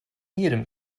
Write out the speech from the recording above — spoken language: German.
jedem